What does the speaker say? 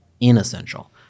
inessential